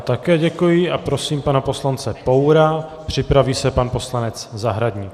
Také děkuji a prosím pana poslance Poura, připraví se pan poslanec Zahradník.